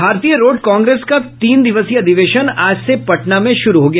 भारतीय road congress का तीन दिवसीय अधिवेशन आज से पटना में शुरू हो गया